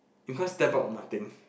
you can't step up nothing